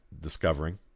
discovering